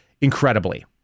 incredibly